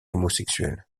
homosexuel